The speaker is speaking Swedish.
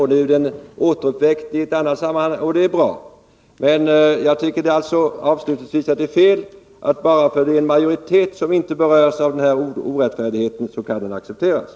Nu har denna utredning återupptagits i ett annat sammanhang, och det är bra. Avslutningsvis: Om en majoritet inte berörs av denna orättfärdighet kan den accepteras.